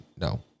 no